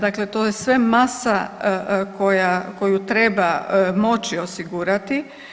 Dakle, to je sve masa koja, koju treba moći osigurati.